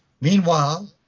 Meanwhile